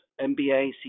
MBA